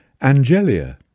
angelia